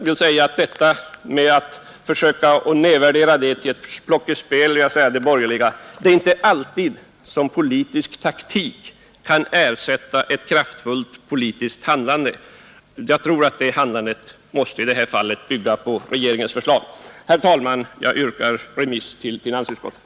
När man försöker nedvärdera detta program till ett plockepinnspel vill jag säga till de borgerliga: Det är inte alltid som politisk taktik kan ersätta ett kraftfullt politiskt handlande. Jag tror att det handlandet nu måste bygga på regeringens förslag. Herr talman! Jag yrkar remiss till finansutskottet.